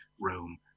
Rome